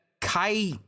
Kai